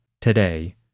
today